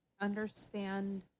understand